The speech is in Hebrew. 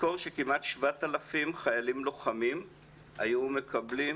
נזכור שכמעט 7,000 חיילים לוחמים היו מקבלים